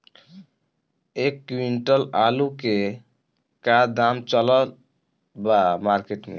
एक क्विंटल आलू के का दाम चलत बा मार्केट मे?